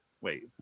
wait